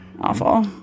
awful